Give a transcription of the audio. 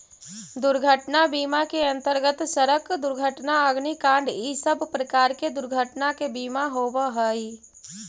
दुर्घटना बीमा के अंतर्गत सड़क दुर्घटना अग्निकांड इ सब प्रकार के दुर्घटना के बीमा होवऽ हई